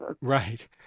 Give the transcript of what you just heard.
Right